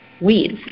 weeds